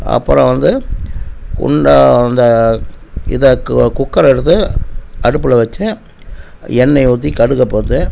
அப்புறம் வந்து குண்டான் அந்த இதை கு குக்கரை எடுத்து அடுப்பில் வெச்சு எண்ணெய் ஊற்றி கடுகை போட்டு